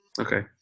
Okay